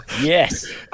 Yes